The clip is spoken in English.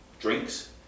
drinks